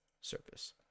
surface